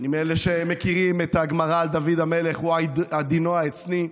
אני מאלה שמכירים את הגמרא על דוד המלך: הוא עדינו העצני,